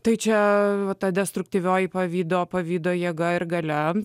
tai čia ta destruktyvioji pavydo pavydo jėga ir galiausiai